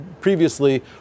previously